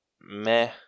meh